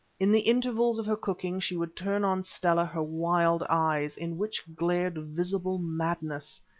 in the intervals of her cooking she would turn on stella her wild eyes, in which glared visible madness,